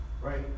Right